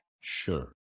Sure